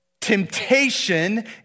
temptation